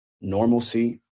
normalcy